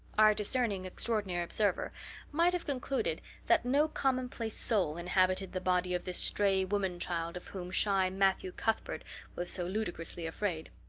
our discerning extraordinary observer might have concluded that no commonplace soul inhabited the body of this stray woman-child of whom shy matthew cuthbert was so ludicrously afraid.